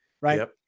Right